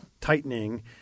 tightening